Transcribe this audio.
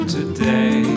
today